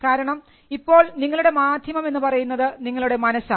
കാരണം ഇപ്പോൾ നിങ്ങളുടെ മാധ്യമം എന്ന് പറയുന്നത് നിങ്ങളുടെ മനസ്സാണ്